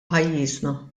pajjiżna